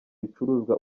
bicuruzwa